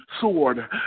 sword